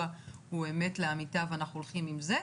הוא אמת לאמיתה ואנחנו הולכים עם זה?